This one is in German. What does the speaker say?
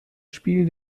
spiel